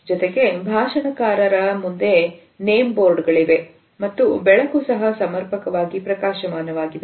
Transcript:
ಜೊತೆಗೆ ಭಾಷಣಕಾರರ ಮುಂದೆ ನೇಮ್ ಬೋರ್ಡ್ ಗಳಿವೆ ಮತ್ತು ಬೆಳಕು ಸಹ ಸಮರ್ಪಕವಾಗಿ ಪ್ರಕಾಶಮಾನವಾಗಿದೆ